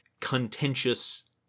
contentious